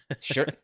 Sure